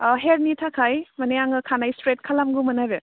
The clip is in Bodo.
अ हेयारनि थाखाय माने आङो खानाइ स्ट्रेइट खालामगौमोन आरो